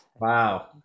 Wow